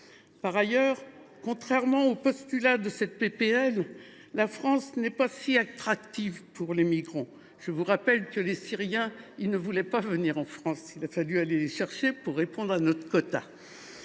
Par ailleurs, contrairement au postulat de cette proposition de loi, la France n’est pas si attractive pour les migrants. Je vous rappelle que les Syriens ne voulaient pas venir dans notre pays : il a fallu aller les chercher pour respecter notre quota.